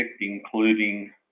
including